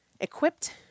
Equipped